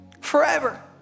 Forever